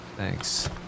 Thanks